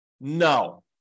No